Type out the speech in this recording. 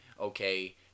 Okay